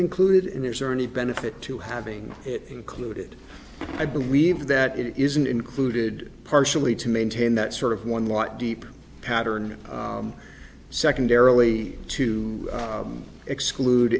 included in his or any benefit to having it included i believe that it isn't included partially to maintain that sort of one light deep pattern secondarily to exclude